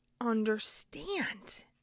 understand